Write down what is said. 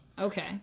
Okay